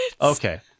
Okay